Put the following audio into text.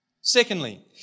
Secondly